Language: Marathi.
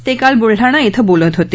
ते काल बुलडाणा इथं बोलत होते